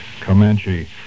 Comanche